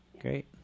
Great